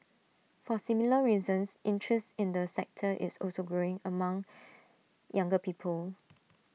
for similar reasons interest in the sector is also growing among younger people